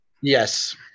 Yes